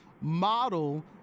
model